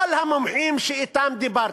כל המומחים שאתם דיברתי,